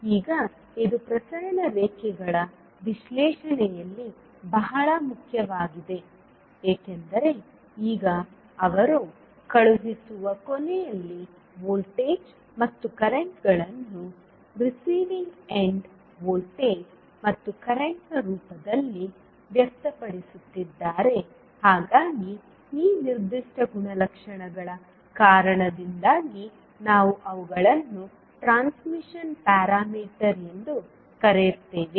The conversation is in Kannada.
ಈಗ ಇದು ಪ್ರಸರಣ ರೇಖೆಗಳ ವಿಶ್ಲೇಷಣೆಯಲ್ಲಿ ಬಹಳ ಮುಖ್ಯವಾಗಿದೆ ಏಕೆಂದರೆ ಈಗ ಅವರು ಕಳುಹಿಸುವ ಕೊನೆಯಲ್ಲಿ ವೋಲ್ಟೇಜ್ ಮತ್ತು ಕರೆಂಟ್ಗಳನ್ನು ರಿಸೀವಿಂಗ್ ಎಂಡ್ ವೋಲ್ಟೇಜ್ ಮತ್ತು ಕರೆಂಟ್ನ ರೂಪದಲ್ಲಿ ವ್ಯಕ್ತಪಡಿಸುತ್ತಿದ್ದಾರೆ ಹಾಗಾಗಿ ಈ ನಿರ್ದಿಷ್ಟ ಗುಣಲಕ್ಷಣಗಳ ಕಾರಣದಿಂದಾಗಿ ನಾವು ಅವುಗಳನ್ನು ಟ್ರಾನ್ಸ್ಮಿಷನ್ ಪ್ಯಾರಾಮೀಟರ್ ಎಂದು ಕರೆಯುತ್ತೇವೆ